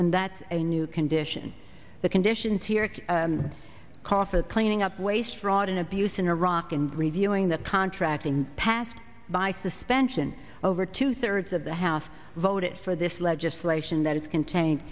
and that a new condition the conditions here call for cleaning up waste fraud and abuse in iraq and reviewing the contracting passed by suspension over two thirds of the house voted for this lead just lation that is contained